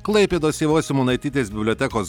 klaipėdos ievos simonaitytės bibliotekos